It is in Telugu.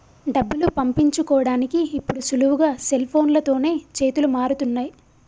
డబ్బులు పంపించుకోడానికి ఇప్పుడు సులువుగా సెల్ఫోన్లతోనే చేతులు మారుతున్నయ్